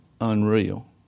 unreal